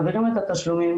מעבירים את התשלומים.